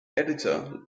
editor